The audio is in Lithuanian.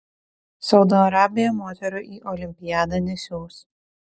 saudo arabija moterų į olimpiadą nesiųs